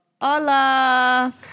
hola